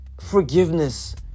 Forgiveness